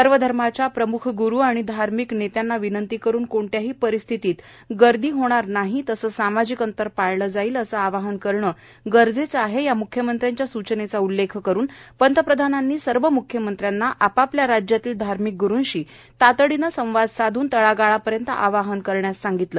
सर्व धर्माच्या प्रम्ख ग्रू व धार्मिक नेत्यांना विनंती करून कोणत्याही परिस्थितीत गर्दी होणार नाही तसेच सामाजिक अंतर पाळले जाईल असे आवाहन करणे खूप गरजेचे आहे या म्ख्यमंत्र्यांच्या सूचनेचा उल्लेख करून पंतप्रधानांनी सर्व म्ख्यमंत्र्यांना आपापल्या राज्यातील धार्मिक ग्रूंशी तातडीने संवाद साधून तळागाळापर्यंत आवाहन करावे असे सांगितले